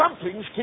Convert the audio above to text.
something's